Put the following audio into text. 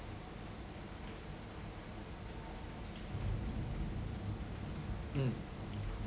mm